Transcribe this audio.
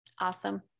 awesome